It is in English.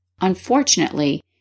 unfortunately